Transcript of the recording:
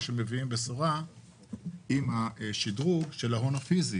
עם השדרוג של ההון הפיזי